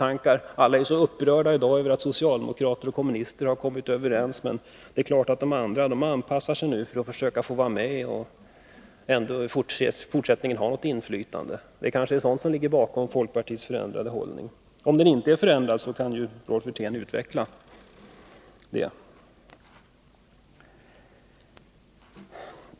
Alla är i dag så upprörda över att socialdemokrater och kommunister har kommit överens, men det är klart att de andra anpassar sig för att försöka få vara med och ha ett inflytande även i fortsättningen. Det är kanske detta som ligger bakom folkpartiets ändrade hållning. Om det inte skett någon förändring, kan ju Rolf Wirtén förklara hur det ligger till.